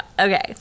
Okay